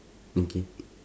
okay